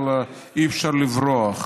אבל אי-אפשר לברוח.